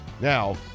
Now